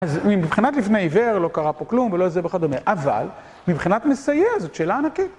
אז מבחינת לפני עיוור לא קרה פה כלום ולא זה וכדומה, אבל מבחינת מסייע, זאת שאלה ענקית.